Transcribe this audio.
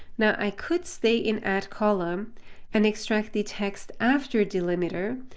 now, i could stay in add column and extract the text after delimiter,